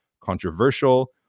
controversial